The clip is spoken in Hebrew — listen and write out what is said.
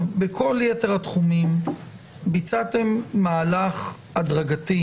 בכל יתר התחומים ביצעתם מהלך הדרגתי,